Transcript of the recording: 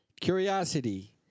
Curiosity